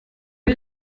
est